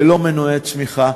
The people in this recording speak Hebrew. ללא מנועי צמיחה.